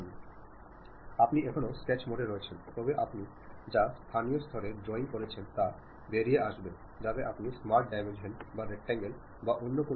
നിങ്ങൾ ഒരു തമിഴ് അറിയാവുന്ന വ്യക്തിക്ക് സന്ദേശം അയയ്ക്കാൻ ശ്രമിക്കുകയും എന്നാൽ ബംഗാളി ഭാഷ തിരഞ്ഞെടുക്കുകയും ആണെങ്കിൽ സ്വാഭാവികമായും ആശയവിനിമയ പ്രക്രിയയിൽ തടസ്സമുണ്ടാകും